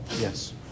Yes